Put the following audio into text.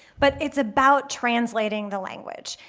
but it's about translating the language.